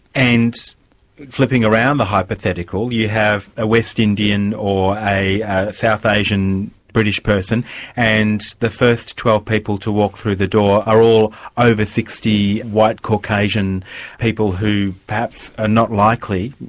and flipping around the hypothetical, you have a west indian or a south asian british person and the first twelve people to walk through the door are all over sixty, white caucasian people who perhaps are ah not likely